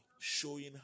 Showing